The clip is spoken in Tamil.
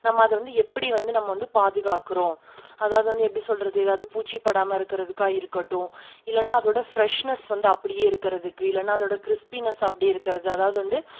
நம்ம அதை வந்து எப்படி வந்து நம்ம வந்து பாதுகாக்கிறோம் அதாவது வந்து எப்படி சொல்வது ஏதாவது பூச்சி படாமல் இருக்கிறதுக்கா இருக்கட்டும் இல்லைனா அதோடய ஃபிரெஷ்னஸ் வந்து அப்படியே இருக்கிறதுக்கு இல்லைனா அதோட கிரிஸ்ப்னஸ் அப்படியே இருக்கிறது அதாவது வந்து